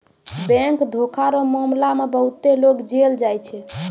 bank धोखा रो मामला मे बहुते लोग जेल जाय छै